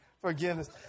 forgiveness